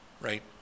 right